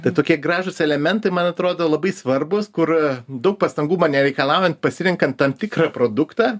tai tokie gražūs elementai man atrodo labai svarbūs kur daug pastangų nereikalaujant pasirenkant tam tikrą produktą